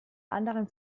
andere